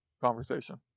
conversation